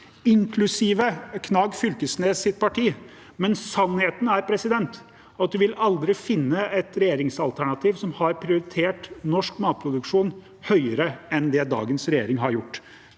inklusive Knag Fylkesnes’ parti, men sannheten er at man aldri vil finne et regjeringsalternativ som har prioritert norsk matproduksjon høyere enn det dagens regjering har gjort.